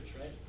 right